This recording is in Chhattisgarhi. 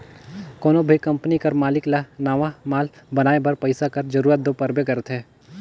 कोनो भी कंपनी कर मालिक ल नावा माल बनाए बर पइसा कर जरूरत दो परबे करथे